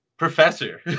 Professor